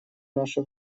наше